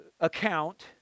account